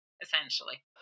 essentially